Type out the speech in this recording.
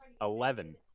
eleven